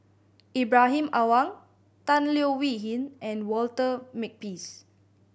Ibrahim Awang Tan Leo Wee Hin and Walter Makepeace